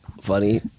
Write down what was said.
funny